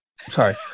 Sorry